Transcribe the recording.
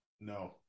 No